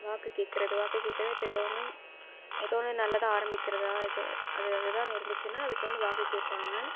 வாக்கு கேட்கறது வாக்கு கேக் இப்போ ஏதோ ஒன்று ஏதோ ஒன்று நல்லதாக ஆரம்பிக்கிறதா இது அது ஏதோ ஒன்று இருந்துச்சின்னால் அதுக்கு வந்து வாக்கு கேட்பாங்க